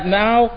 now